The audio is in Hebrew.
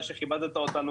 שכיבדת אותנו